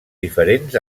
diferents